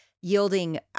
yielding